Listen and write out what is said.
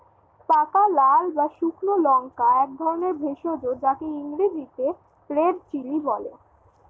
পাকা লাল বা শুকনো লঙ্কা একধরনের ভেষজ যাকে ইংরেজিতে রেড চিলি বলে